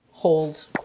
hold